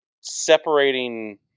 separating